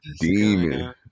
demon